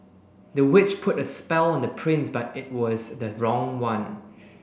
the witch put a spell on the prince but it was the wrong one